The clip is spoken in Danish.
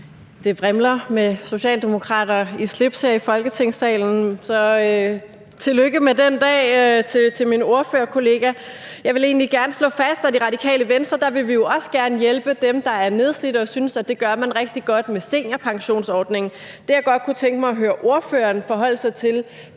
Det vrimler med socialdemokrater i slips her i Folketingssalen, så jeg vil ønske min ordførerkollega tillykke. Jeg vil egentlig gerne slå fast, at i Radikale Venstre vil vi jo også gerne hjælpe dem, der er nedslidte, og synes, at det gør man rigtig godt med seniorpensionsordningen. Det, jeg godt kunne tænke mig at høre ordføreren forholde sig til,